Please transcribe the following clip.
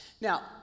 Now